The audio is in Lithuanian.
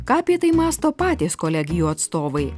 ką apie tai mąsto patys kolegijų atstovai